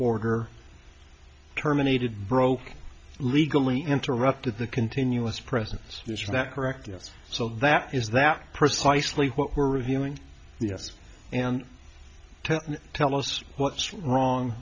order terminated broke legally interrupted the continuous presence is that correct yes so that is that precisely what we're revealing yes and tell us what's wrong